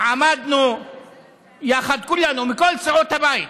עמדנו יחד כולנו, מכל סיעות הבית.